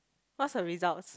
what's her results